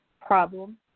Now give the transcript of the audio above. problem